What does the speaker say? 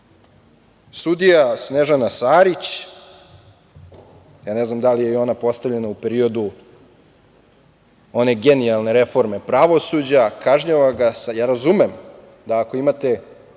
Snežana Sarić, ne znam da li je ona postavljena u periodu one genijalne reforme pravosuđa, kažnjava ga, razumem da ako imate